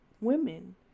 women